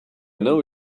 know